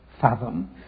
fathom